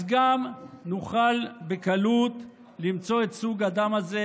אז נוכל בקלות למצוא את סוג הדם הזה,